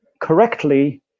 correctly